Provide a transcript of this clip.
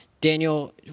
daniel